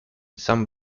san